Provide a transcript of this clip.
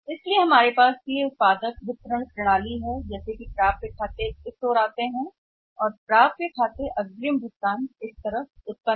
इसलिए हमारे पास इस खाते की तरह उत्पादक वितरण प्रणाली थी इस ओर से प्राप्य आते हैं और अग्रिम भुगतान प्राप्य खाते उत्पन्न करते हैं इस तरफ से सही